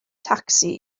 tacsi